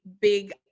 big